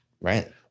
right